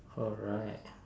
alright